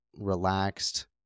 relaxed